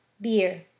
Beer